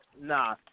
Nah